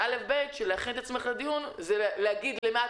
א'-ב' של להכין את עצמך לדיון זה להגיד למה את